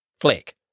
flick